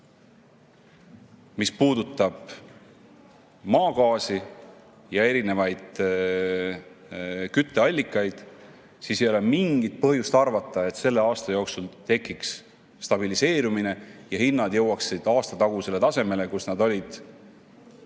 mis puudutab maagaasi ja erinevaid kütteallikaid, ei ole mingit põhjust arvata, et selle aasta jooksul tekiks stabiliseerumine ja hinnad jõuaksid aastatagusele tasemele. Võtame